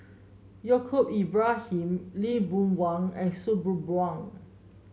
Yaacob Ibrahim Lee Boon Wang and Sabri Buang